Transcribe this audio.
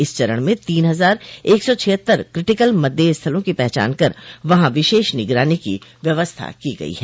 इस चरण में तीन हजार एक सौ छिहत्तर क्रिटिकल मतदेय स्थलों की पहचान कर वहां विशेष निगरानी की व्यवस्था की गई है